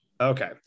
Okay